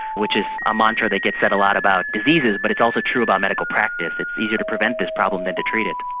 which is a mantra that gets said a lot about diseases but it's also true about medical practice. it's easier to prevent this problem than to treat it.